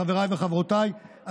חבריי וחברותיי,